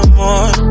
more